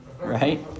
right